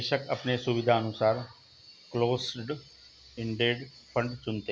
निवेशक अपने सुविधानुसार क्लोस्ड इंडेड फंड चुनते है